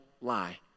lie